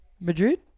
Madrid